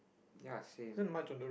ya same